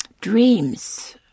dreams